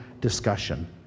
discussion